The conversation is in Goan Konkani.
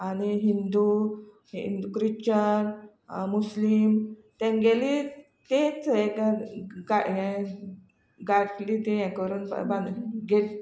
आनी हिंदू क्रिच्चन मुस्लीम तांचीच तेंच हे गा हें गाटली ती हें करून बांद